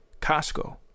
Costco